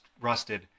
rusted